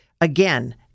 Again